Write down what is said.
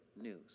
news